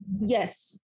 yes